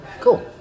cool